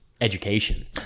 education